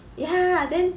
ya then